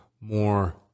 more